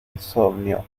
insomnio